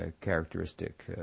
characteristic